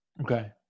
Okay